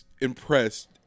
impressed